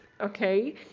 Okay